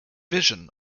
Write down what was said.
vision